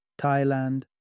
Thailand